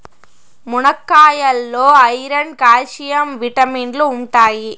మునక్కాయాల్లో iron, calcium విటమిన్లు ఉంటాయి